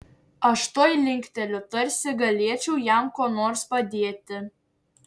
aš tuoj linkteliu tarsi galėčiau jam kuo nors padėti